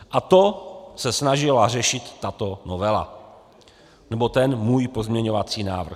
A to se snažila řešit tato novela, nebo ten můj pozměňovací návrh.